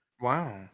Wow